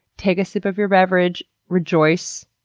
take a sip of your beverage, rejoice.